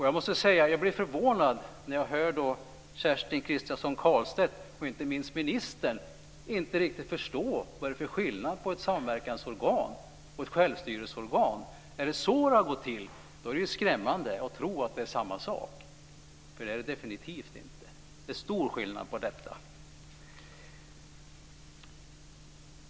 Jag måste säga att jag blev förvånad när jag hörde att Kerstin Kristiansson Karlstedt och inte minst ministern inte riktigt förstod vad det är för skillnad mellan ett samverkansorgan och ett självstyrelseorgan. Om man har trott att det är samma sak är det skrämmande, för så är det definitivt inte. Det är stor skillnad däremellan.